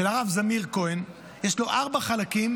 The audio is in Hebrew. של הרב זמיר כהן, יש לו ארבעה חלקים,